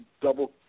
double